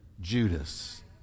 Judas